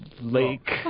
lake